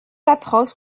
atroce